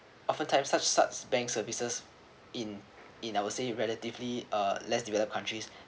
often times such such bank services in in our say relatively uh less developed countries